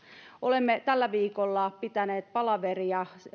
olemme tällä viikolla pitäneet palaveria